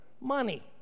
Money